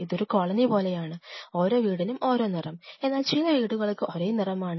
ഇതൊരു കോളനി പോലെയാണ് ഓരോ വീടിനും ഓരോ നിറം എന്നാൽ ചില വീടുകൾക്ക് ഒരേ നിറമാണ്